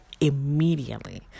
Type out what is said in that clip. immediately